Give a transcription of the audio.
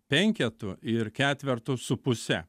penketu ir ketvertu su puse